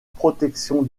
protection